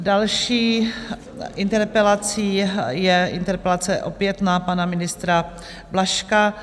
Další interpelací je interpelace opět na pana ministra Blažka.